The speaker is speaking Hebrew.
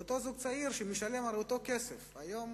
ואותו זוג צעיר משלם הרי אותו כסף, היום